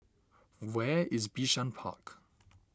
where is Bishan Park